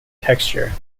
texture